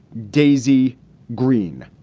daisy green.